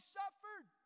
suffered